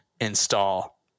install